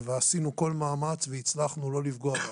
ועשינו כל מאמץ והצלחנו לא לפגוע בהם.